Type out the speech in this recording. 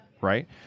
Right